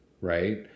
right